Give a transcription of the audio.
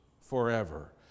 forever